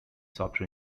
software